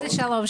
איזה שלום?